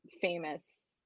famous